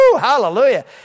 hallelujah